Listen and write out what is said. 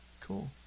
cool